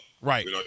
Right